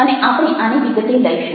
અને આપણે આને વિગતે લઈશું